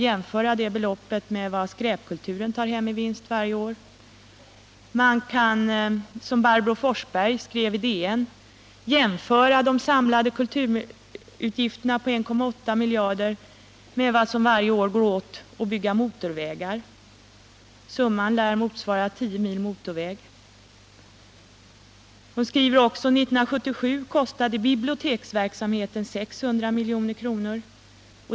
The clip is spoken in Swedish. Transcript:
Jämför det beloppet med vad skräpkulturen tar hem i vinst varje år! Man kan, som Barbro Forsberg gjort i DN, jämföra de samlade kulturutgifterna på 1,8 miljarder kronor med vad som varje år går åt till att bygga motorvägar. Summan lär motsvara tio mil motorväg. Hon skriver också: 1977 kostade biblioteksverksamheten 600 miljoner.